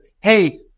hey